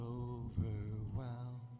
overwhelmed